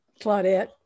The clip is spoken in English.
Claudette